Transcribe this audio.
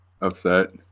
upset